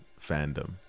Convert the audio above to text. fandom